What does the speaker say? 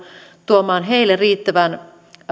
tuomaan heille riittävän